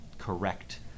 correct